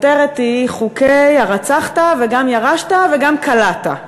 חוקי הרצחת וגם ירשת וגם כלאת.